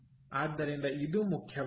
ಆದ್ದರಿಂದ ಇದು ಮುಖ್ಯವಾಗಿದೆ